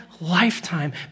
lifetime